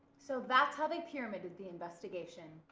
so that's how they pyramided the investigation.